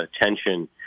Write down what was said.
attention